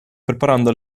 preparando